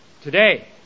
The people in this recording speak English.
today